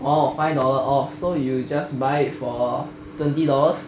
oh five dollar off so you just buy it for twenty dollars